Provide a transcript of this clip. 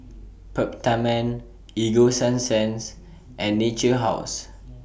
Peptamen Ego Sunsense and Natura House